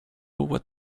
what